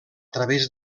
través